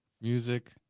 Music